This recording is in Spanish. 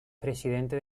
presidente